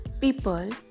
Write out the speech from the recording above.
people